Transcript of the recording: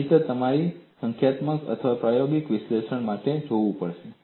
નહિંતર તમારે સંખ્યાત્મક અથવા પ્રાયોગિક વિશ્લેષણ માટે જવું પડશે